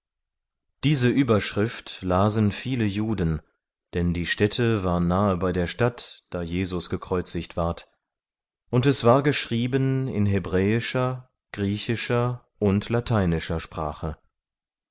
diese überschrift lasen viele juden denn die stätte war nahe bei der stadt da jesus gekreuzigt ward und es war geschrieben in hebräischer griechischer und lateinischer sprache